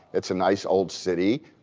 it's a nice old city,